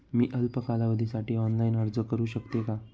मी अल्प कालावधीसाठी ऑनलाइन अर्ज करू शकते का?